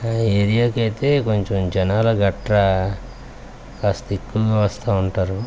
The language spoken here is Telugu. ఆ ఏరియాకి అయితే కొంచెం జనాలు గట్రా కాస్త ఎక్కువగా వస్తా ఉంటారు